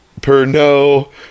Pernod